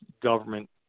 government